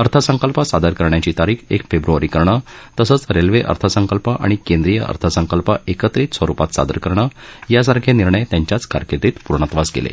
अर्थसंकल्प सादर करण्याची तारीख एक फेब्रवारी करणं तसंच रेल्वे अर्थसंकल्प आणि केंद्रीय अर्थसंकल्प एकत्रित स्वरुपात सादर करणं यांसारखे निर्णय त्यांच्याच कारर्कीदीत पूर्णत्वास गेले